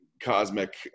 cosmic